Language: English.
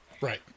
Right